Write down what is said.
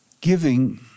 Giving